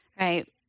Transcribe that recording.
Right